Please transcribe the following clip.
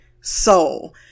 soul